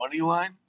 Moneyline